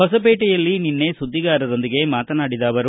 ಹೊಸಪೇಟೆಯಲ್ಲಿ ನಿನ್ನೆ ಸುದ್ದಿಗಾರರೊಂದಿಗೆ ಮಾತನಾಡಿದ ಅವರು